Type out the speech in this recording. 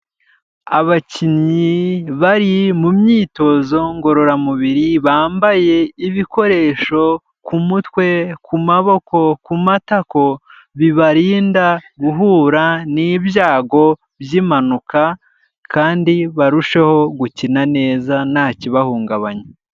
Abakinnyi bari mu myitozo ngororamubiri bambaye ibikoresho ku mutwe, ku maboko, ku matako, bibarinda guhura n'ibyago by'impanuka kandi barusheho gukina neza nta kibahungabanya.